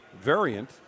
variant